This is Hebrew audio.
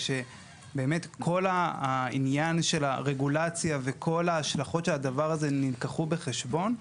כשכל העניין של הרגולציה וההשלכות של הדבר הזה נלקחו בחשבון.